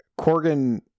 Corgan